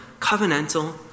covenantal